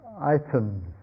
items